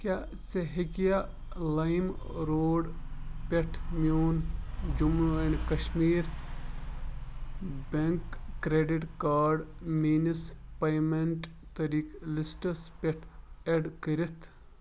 کیٛاہ ژٕ ہیٚکہِ یا لایِم روڈ پٮ۪ٹھ میون Jammu and Kashmir bank credit card میٛٲنِس پیمٮ۪نٛٹ طٔریٖقہٕ لِسٹَس پٮ۪ٹھ اٮ۪ڈ کٔرِتھ